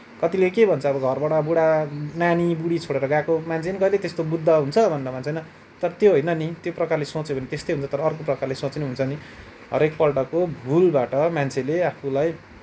कतिले के भन्छ घरबाट बुढा नानी बुढी छोडेर गएको मान्छे पनि कहिले त्यस्तो बुद्ध हुन्छ भनेर भन्छ होइन तर त्यो होइन नि त्यो प्रकारले सोच्यो भने त्यस्तै हुन्छ अब अर्कै प्रकारले सोचे पनि हुन्छ नि हरेक पल्टको भूलबाट मान्छेले आफूलाई